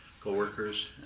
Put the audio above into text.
co-workers